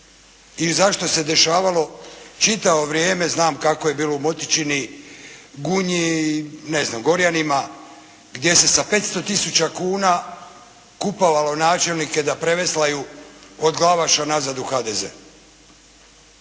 i zašto se dešavalo čitavo vrijeme, znam kako je bilo u Motični, Gunji, ne znam Gorjanima gdje se sa 500 tisuća kuna kupovalo načelnike da preveslaju od Glavaša natrag u HDZ.